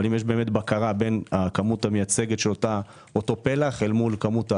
אבל אם יש בקרה בין הכמות המייצגת של אותו פלח למול כמות הרייטינג?